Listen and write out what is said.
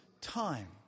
time